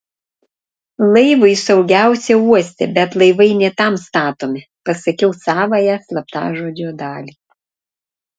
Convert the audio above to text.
laivui saugiausia uoste bet laivai ne tam statomi pasakiau savąją slaptažodžio dalį